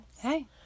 Hey